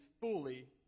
fully